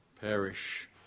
perish